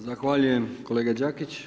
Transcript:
Zahvaljujem kolega Đakić.